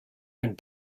and